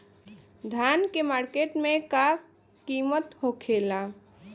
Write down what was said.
धान क मार्केट में का कीमत होखेला?